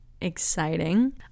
exciting